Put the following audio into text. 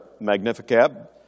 Magnificat